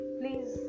please